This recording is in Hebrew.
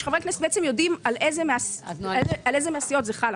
כשחברי הכנסת בעצם יודעים על איזה מהסיעות זה חל,